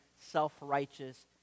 self-righteous